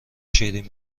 شیرین